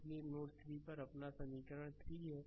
इसलिए नोड 3 पर यह अपनी समीकरण 3 है